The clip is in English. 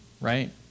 right